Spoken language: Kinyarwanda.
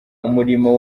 umurimo